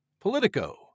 Politico